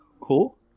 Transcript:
Cool